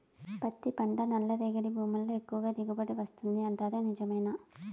పత్తి పంట నల్లరేగడి భూముల్లో ఎక్కువగా దిగుబడి వస్తుంది అంటారు నిజమేనా